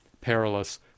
perilous